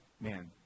Man